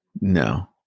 No